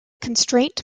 constraint